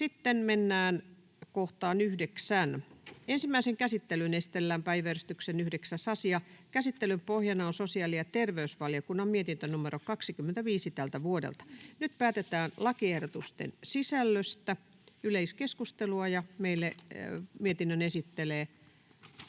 Time: N/A Content: Ensimmäiseen käsittelyyn esitellään päiväjärjestyksen 9. asia. Käsittelyn pohjana on sosiaali‑ ja terveysvaliokunnan mietintö StVM 25/2024 vp. Nyt päätetään lakiehdotusten sisällöstä. — Yleiskeskustelua. Meille mietinnön esittelee